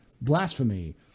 blasphemy